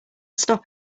stop